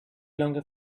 longer